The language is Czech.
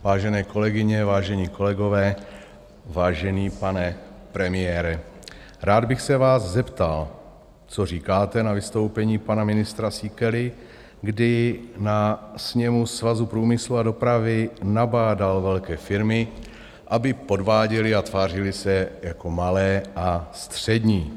Vážené kolegyně, vážení kolegové, vážený pane premiére, rád bych se vás zeptal, co říkáte na vystoupení pana ministra Síkely, kdy na sněmu Svazu průmyslu a dopravy nabádal velké firmy, aby podváděly a tvářily se jako malé a střední.